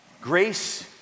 grace